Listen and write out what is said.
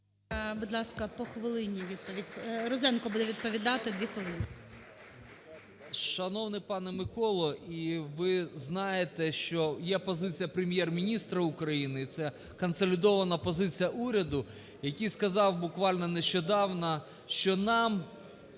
Будь ласка, по хвилині. Розенко буде відповідати, 2 хвилини. 10:51:21 РОЗЕНКО П.В. Шановний пане Миколо, і ви знаєте, що є позиція Прем'єр-міністра України, і це консолідована позиція уряду, який сказав буквально нещодавно, що нам